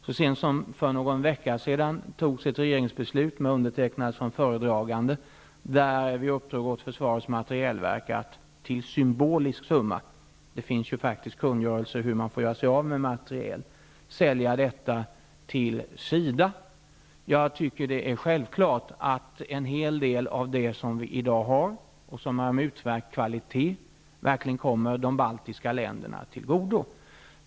Så sent som för någon vecka sedan fattades ett regeringsbeslut med undertecknad som föredragande, där regeringen uppdrog åt försvarets materielverk att till en symbolisk summa -- det finns faktisk kungörelser om hur man får göra sig av med materiel -- sälja materiel till SIDA. Jag tycker att det är självklart att en hel del av det som i dag finns, och som är av utmärkt kvalitet, verkligen bör komma de baltiska länderna till godo.